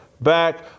back